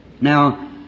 Now